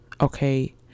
Okay